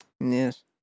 Yes